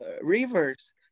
rivers